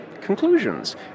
conclusions